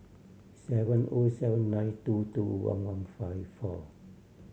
seven O seven nine two two one one five four